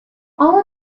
all